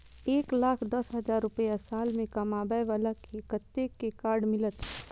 एक लाख दस हजार रुपया साल में कमाबै बाला के कतेक के कार्ड मिलत?